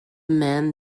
man